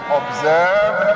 observe